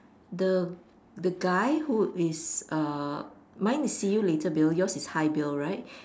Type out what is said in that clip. the the guy who is uh mine is see you later Bill yours is hi Bill right